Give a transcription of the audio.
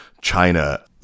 China